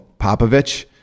Popovich